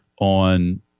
on